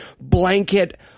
blanket